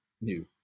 new